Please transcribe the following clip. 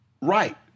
right